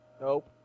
Nope